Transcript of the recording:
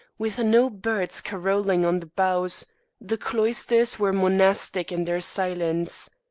with no birds carolling on the boughs the cloisters were monastic in their silence.